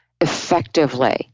effectively